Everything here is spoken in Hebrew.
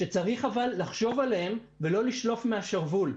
שצריך לחשוב עליהן ולא לשלוף מהשרוול.